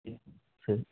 जी ठीक